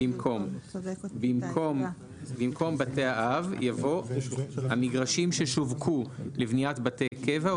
במקום "בתי אב" יבוא: "המגרשים ששווקו לבניית בתי קבע",